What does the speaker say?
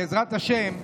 בעזרת השם,